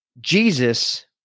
Jesus